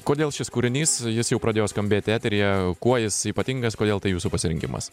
kodėl šis kūrinys jis jau pradėjo skambėti eteryje kuo jis ypatingas kodėl tai jūsų pasirinkimas